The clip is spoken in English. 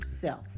self